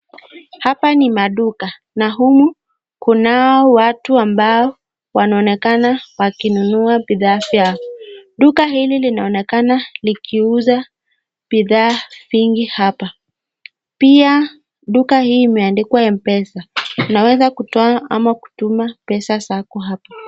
Hapa ni maduka na humu kunao watu ambao wanaonekana wakinunua bidhaa vyao. Duka hili linaonekana likiuza bidhaa mingi hapa, pia duka hii imeandikwa mpesa, unaweza kutoa ama kutoma pesa zako hapa.